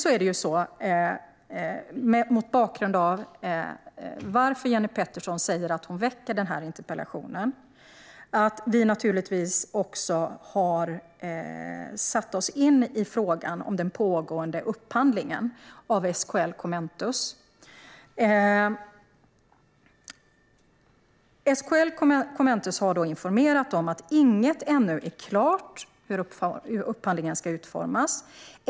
När det gäller Jenny Peterssons skäl för att väcka den här interpellationen har vi naturligtvis också satt oss in i frågan om den pågående upphandlingen genom SKL Kommentus. De har informerat om att inget ännu är klart om hur upphandlingen ska utformas.